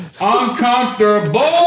uncomfortable